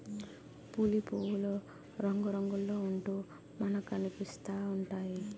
పులి పువ్వులు రంగురంగుల్లో ఉంటూ మనకనిపిస్తా ఉంటాయి